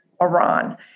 Iran